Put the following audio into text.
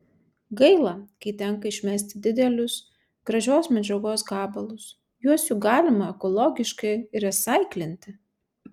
gaila kai tenka išmesti didelius gražios medžiagos gabalus juos juk galima ekologiškai resaiklinti